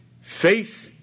Faith